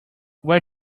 where